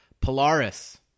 Polaris